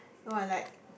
no I like